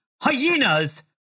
hyenas